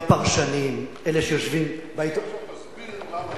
גם פרשנים, אלה שיושבים, עכשיו תסביר למה.